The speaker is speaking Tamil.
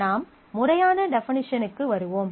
நாம் முறையான டெபினிஷனுக்கு வருவோம்